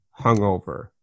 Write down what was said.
hungover